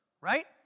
right